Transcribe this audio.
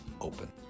open